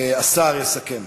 השר יסכם.